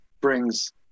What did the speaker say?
brings